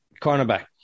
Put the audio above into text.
cornerback